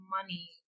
money